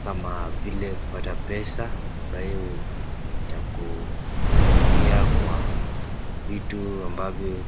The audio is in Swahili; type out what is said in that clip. kama vile kupata pesa ambayo itakusaidia kwa vitu ambavyo.